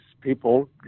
people